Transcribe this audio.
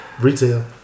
retail